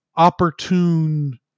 opportune